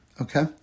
okay